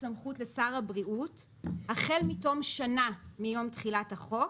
סמכות לשר הבריאות החל מתום שנה מיום תחילת החוק,